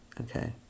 Okay